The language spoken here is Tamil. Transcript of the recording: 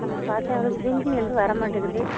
ஆமாம் பார்த்தேன் அவளுக்கு ஹிந்தி வந்து வரமாட்டேங்குது